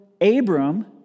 Abram